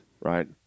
right